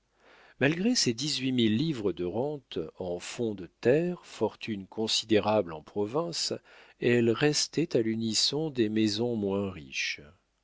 malgré ses dix-huit mille livres de rente en fonds de terre fortune considérable en province elle restait à l'unisson des maisons moins riches